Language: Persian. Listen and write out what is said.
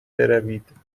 بروید